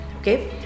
Okay